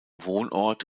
wohnort